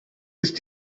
ist